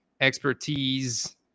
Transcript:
expertise